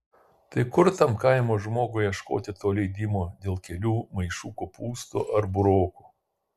tai kur tam kaimo žmogui ieškoti to leidimo dėl kelių maišų kopūstų ar burokų